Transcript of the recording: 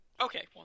Okay